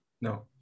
No